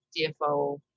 DFO